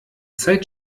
zeit